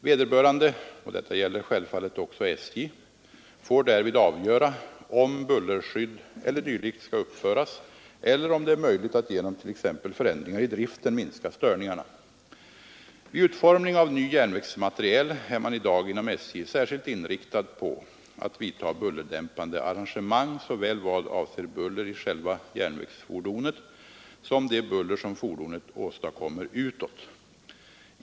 Vederbörande — och detta gäller självfallet också SJ — får därvid avgöra om bullerskydd e. d. skall uppföras eller om det är möjligt att genom t.ex. förändringar i driften minska störningarna. Vid utformning av ny järnvägsmateriel är man i dag inom SJ särskilt inriktad på att vidta bullerdämpande arrangemang i vad avser såväl buller i själva järnvägsfordonet som det buller som fordonet åstadkommer utåt.